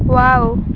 wow